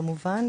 כמובן,